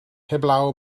heblaw